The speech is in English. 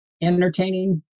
entertaining